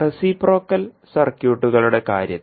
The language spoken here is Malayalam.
റെസിപ്രോക്കൽ സർക്യൂട്ടുകളുടെ കാര്യത്തിൽ